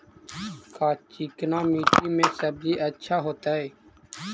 का चिकना मट्टी में सब्जी अच्छा होतै?